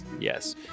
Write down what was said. Yes